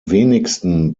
wenigsten